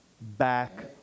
back